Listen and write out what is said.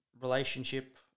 relationship